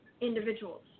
individuals